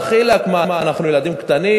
דחילק, מה, אנחנו ילדים קטנים?